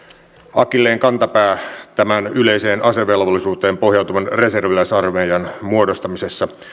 akilleenkantapää tämän yleiseen asevelvollisuuteen pohjautuvan reserviläisarmeijan muodostamisessa